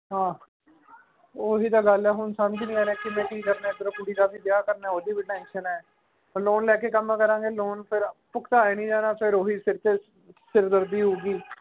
ਹਾਂ ਉਹੀ ਤਾਂ ਗੱਲ ਹੈ ਹੁਣ ਸਮਝ ਨਹੀਂ ਰਿਹਾ ਕਿੰਨੇ ਕੀ ਕਰਨਾ ਐਧਰੋਂ ਕੁੜੀ ਦਾ ਵੀ ਵਿਆਹ ਕਰਨਾ ਉਹਦੇ ਵੀ ਟੈਂਸ਼ਨ ਹੈ ਲੋਨ ਲੈ ਕੇ ਕੰਮ ਕਰਾਂਗੇ ਲੋਨ ਫਿਰ ਭੁਗਤਾਇਆ ਨਹੀਂ ਜਾਣਾ ਫਿਰ ਉਹੀ ਸਿਰ ਸਿਰ ਸਿਰਦਰਦੀ ਹੋਏਗੀ